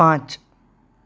પાંચ